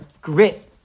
grit